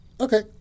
okay